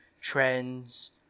trends